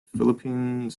philippines